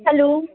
hello